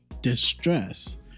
distress